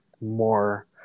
more